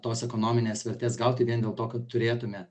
tos ekonominės vertės gauti vien dėl to kad turėtume